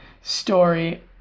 story